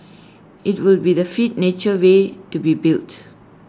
IT will be the fifth nature way to be built